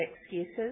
excuses